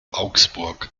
augsburg